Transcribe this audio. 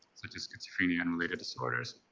such as schizophrenia and related disorders.